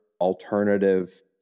alternative